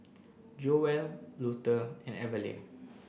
Joel Luther and Evalyn